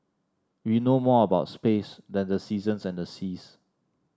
we know more about space than the seasons and the seas